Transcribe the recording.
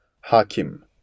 Hakim